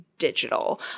digital